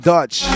Dutch